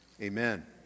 amen